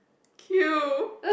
queue